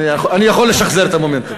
אני יכול לשחזר את המומנטום.